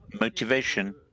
motivation